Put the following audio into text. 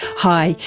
hi,